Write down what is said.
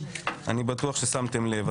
אני בטוח ששמתם לב.